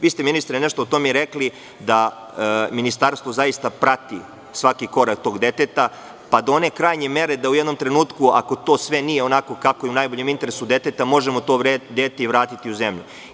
Vi ste, ministre, nešto o tome i rekli da ministarstvo zaista prati svaki korak tog deteta, pa do one krajnje mere da u jednom trenutku ako to sve nije onako kako je u najboljem interesu deteta možemo to dete i vratiti u zemlju.